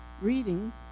reading